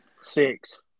Six